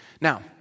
Now